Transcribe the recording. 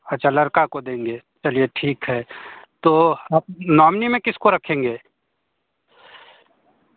अच्छा लड़का को देंगे चलिए ठीक है तो आप नॉमनी में किसको रखेंगे